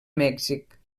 mèxic